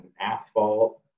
asphalt